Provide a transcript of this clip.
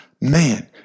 man